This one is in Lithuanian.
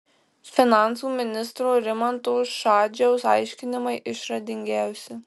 finansų ministro rimanto šadžiaus aiškinimai išradingiausi